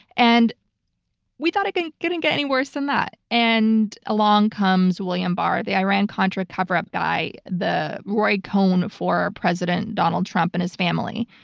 and we thought it couldn't get and get any worse than that and along comes william barr the iran-contra coverup guy. the roy cohn for president donald trump and his family.